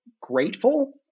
grateful